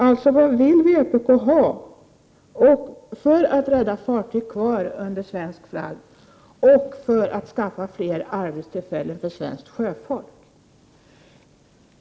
Alltså: Vad vill vpk ha för att rädda fartyg kvar under svensk flagg och för att skaffa fler arbetstillfällen för svenskt sjöfolk?